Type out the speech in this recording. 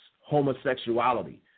homosexuality